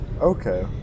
okay